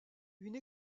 une